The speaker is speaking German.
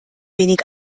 wenig